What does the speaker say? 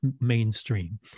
mainstream